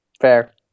Fair